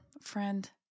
friend